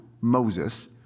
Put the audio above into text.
Moses